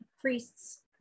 priests